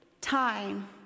time